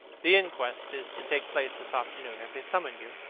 the inquest is to take place this afternoon. have they summoned you?